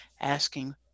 asking